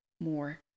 more